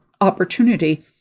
opportunity